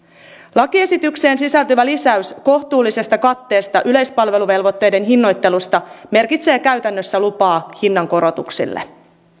lakiesitykseen sisältyvä lisäys kohtuullisesta katteesta yleispalveluvelvoitteiden hinnoittelussa merkitsee käytännössä lupaa hinnankorotuksille